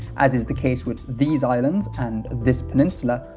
as is the case with these islands and this peninsula,